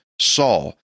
Saul